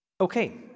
okay